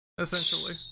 essentially